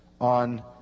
on